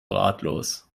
ratlos